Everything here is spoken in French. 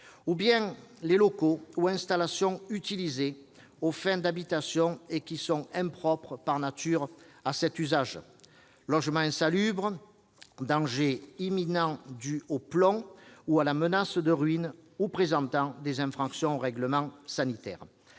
ou bien les locaux ou installations utilisés aux fins d'habitation et qui sont impropres par nature à cet usage : logements insalubres, dangers imminents dus au plomb ou à la menace de ruine, ou présentant des infractions aux règlements sanitaires